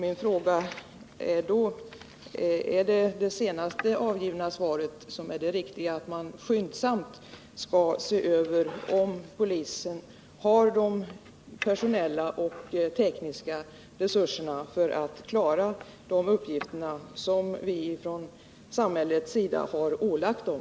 Min fråga är då: Är det det senast avgivna svaret som är det riktiga, nämligen att man skyndsamt skall se över om polisen har de personella och tekniska resurserna för att klara de uppgifter som vi från samhällets sida har ålagt dem?